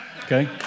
Okay